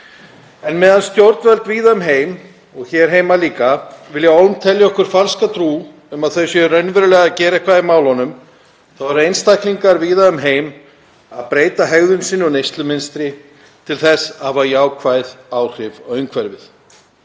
En meðan stjórnvöld víða um heim og hér heima líka vilja ólm telja okkur falska trú um að þau séu raunverulega að gera eitthvað í málunum þá eru einstaklingar víða um heim að breyta hegðun sinni og neyslumynstri til þess að hafa jákvæð áhrif á umhverfið.